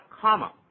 comma